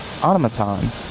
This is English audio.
automaton